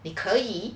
你可以